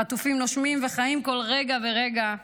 החטופים נושמים וחיים פחד כל רגע ורגע.